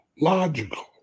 logical